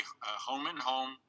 home-and-home